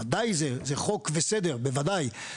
בוודאי זה חוק וסדר בוודאי,